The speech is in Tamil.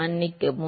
மன்னிக்கவும்